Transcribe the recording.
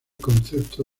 concepto